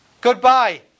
Goodbye